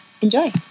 enjoy